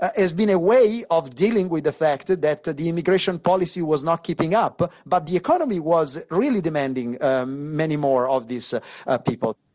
ah has been a way of dealing with the fact that that the the immigration policy was not keeping up but the economy was really demanding many more of these ah ah people.